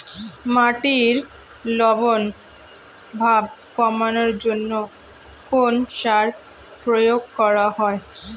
মাটির লবণ ভাব কমানোর জন্য কোন সার প্রয়োগ করা হয়?